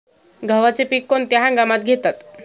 गव्हाचे पीक कोणत्या हंगामात घेतात?